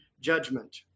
judgment